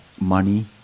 money